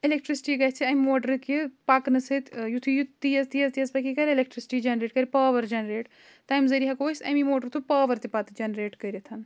electricity گژھِ اَمہِ موٹرٕکہِ پَکنہٕ سۭتۍ یُتھُے یہِ تیز تیز تیز پَکہِ یہِ کَرِ اٮ۪لٮ۪کٹِرٛکسِٹی جَنریٹ کَرِ پاوَر جَنریٹ تَمہِ ذٔریہِ ہٮ۪کو أسۍ اَمی موٹرٕ تھرٛوٗ پاوَر تہِ پَتہٕ جَنریٹ کٔرِتھ